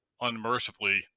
unmercifully